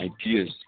ideas